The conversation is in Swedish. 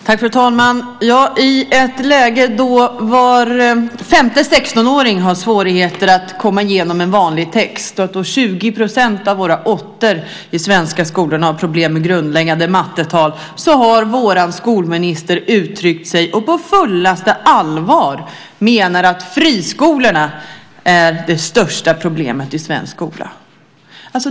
Fru talman! I ett läge då var femte 16-åring har svårigheter att komma igenom en vanlig text och då 20 % av åttorna i de svenska skolorna har problem med grundläggande mattetal har vår skolminister uttryckt och menar på fullaste allvar att friskolorna är det största problemet i svensk skola.